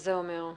שזה אומר מה?